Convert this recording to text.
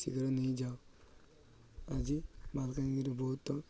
ଶୀଘ୍ର ନେଇଯାଅ ଆଜି ମାଲକାନକିରି ବହୁତ